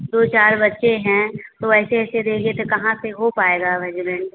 दो चार बच्चे हैं तो ऐसे ऐसे देंगे तो कहा से हो पाएगा वेजनेंड